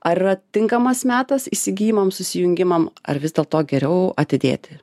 ar yra tinkamas metas įsigijimams susijungimam ar vis dėlto geriau atidėti